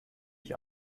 ich